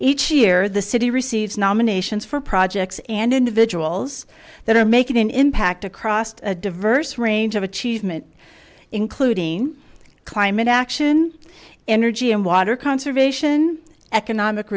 each year the city receives nominations for projects and individuals that are making an impact across a diverse range of achievement including climate action energy and water conservation economic